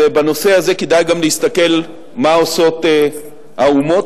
אז בנושא הזה כדאי גם להסתכל מה עושות האומות,